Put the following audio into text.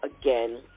again